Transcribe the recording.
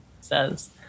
says